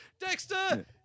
Dexter